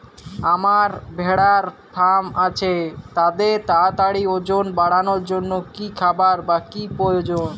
আমার ভেড়ার ফার্ম আছে তাদের তাড়াতাড়ি ওজন বাড়ানোর জন্য কী খাবার বা কী প্রয়োজন?